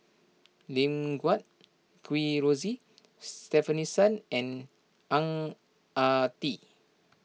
Lim Guat Kheng Rosie Stefanie Sun and Ang Ah Tee